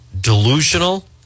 delusional